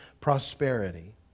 prosperity